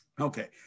okay